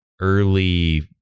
early